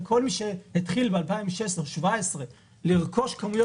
רק שכל מי שהתחיל ב-2016,2017 לרכוש כמויות